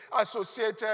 associated